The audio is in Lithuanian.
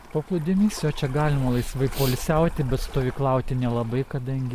paplūdimys jo čia galima laisvai poilsiauti bet stovyklauti nelabai kadangi